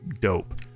dope